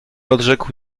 odrzekł